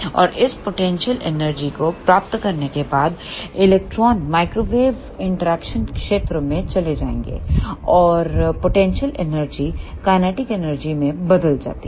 और इस potential energy को प्राप्त करने के बाद इलेक्ट्रॉन माइक्रोवेव इंटरैक्शन क्षेत्र में चले जाएंगे और पोटेंशियल एनर्जी काइनेटिक एनर्जी में बदल जाती है